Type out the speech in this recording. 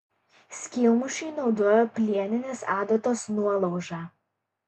skylmušiui naudojo plieninės adatos nuolaužą